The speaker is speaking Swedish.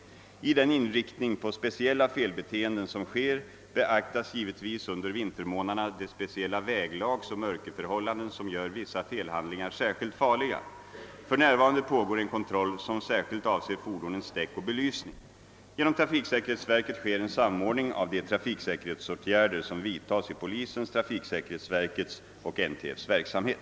I den inriktning på speciella felbeteenden som förekommer beaktas givetvis de under vintermånaderna rådande väglagsoch mörkerförhållandena, som gör vissa felhandlingar särskilt farliga. För närvarande pågår en kontroll som avser fordonens däck och belysning. Genom trafiksäkerhetsverket sker en samordning av de trafiksäkerhetsåtgärder som vidtas i polisens, trafiksäkerhetsverkets och NTF:s verksamhet.